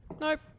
Nope